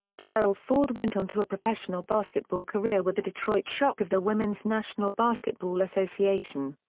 cheryl ford went on to a professional basketball career with the detroit shock of the women's national basketball association.